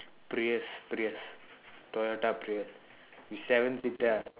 prius prius toyota prius with seven seater ah